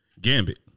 Gambit